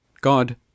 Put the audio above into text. God